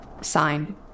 Signed